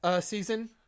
Season